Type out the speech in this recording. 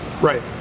right